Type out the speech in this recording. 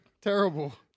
terrible